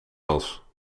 was